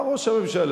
אמר ראש הממשלה,